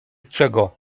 czego